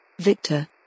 Victor